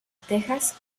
texas